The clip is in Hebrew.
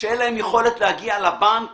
שאין להם יכולת להגיע לבנק